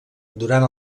durant